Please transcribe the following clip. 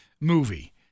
Movie